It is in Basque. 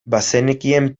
bazenekien